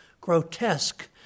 grotesque